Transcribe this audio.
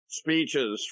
speeches